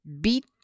beat